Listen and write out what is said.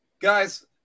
Guys